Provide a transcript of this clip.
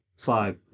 Five